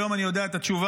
היום אני יודע את התשובה.